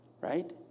right